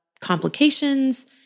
complications